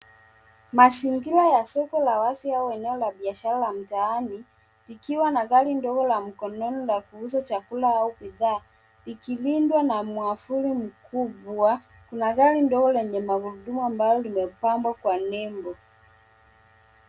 Mazingira ya soko la wazi au eneo la biashara la mtaani likiwa na gari ndogo la mkononi la kuuza chakula au bidhaa ikilindwa na mwavuli mkubwa. Kuna gari ndogo lenye magurudumu ambalo limepambwa kwa nembo.